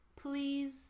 please